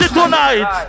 tonight